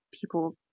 people